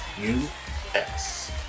u-s